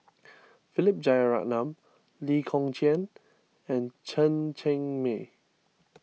Philip Jeyaretnam Lee Kong Chian and Chen Cheng Mei